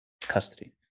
custody